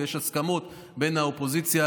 ויש הסכמות בין האופוזיציה,